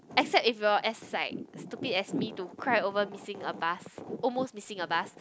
except if you are as like stupid as me to cry over missing a bus almost missing a bus